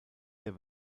der